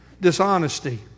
Dishonesty